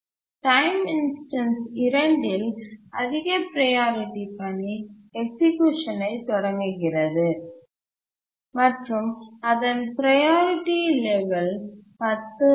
time instance இரண்டில் அதிக priority பணி எக்சிக்யூஷன் ஐ தொடங்குகிறது மற்றும் அதன் ப்ரையாரிட்டி லெவல் 10 ஆகும்